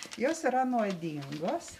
jos yra nuodingos